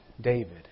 David